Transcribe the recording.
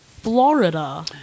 Florida